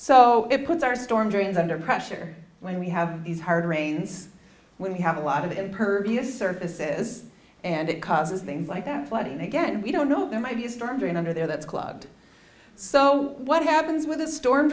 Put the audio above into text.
so it puts our storm drains under pressure when we have these hard rains when we have a lot of impervious surfaces and it causes things like that flooding again we don't know there might be a storm drain under there that's clogged so what happens with the storm